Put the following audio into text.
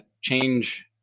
change